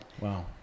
Wow